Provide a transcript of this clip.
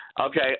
Okay